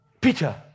Peter